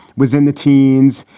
was in the teens.